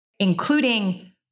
including